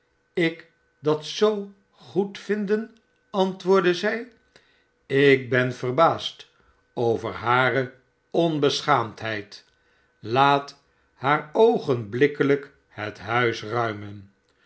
ik dat zoo goedvinden antwoordde zij ik ben verbaasd over hare onbeschaamdheid laat haar oogenblikkelijk het huis ruimen